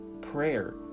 Prayer